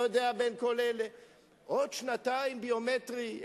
עוד שנתיים ביומטרי,